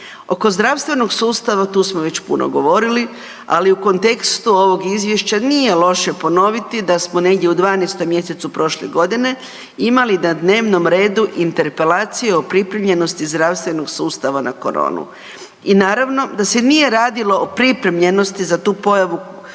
Oko zdravstvenog sustava, tu smo već puno govorili ali u kontekstu ovog izvješća, nije loše ponoviti da smo negdje u 12. mj. prošle godine imali na dnevnom redu interpelacije o pripremljenosti zdravstvenog sustava na koronu i naravno da se nije radilo o pripremljenosti za tu pojavu odnosno